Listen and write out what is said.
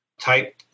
type